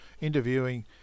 interviewing